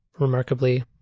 remarkably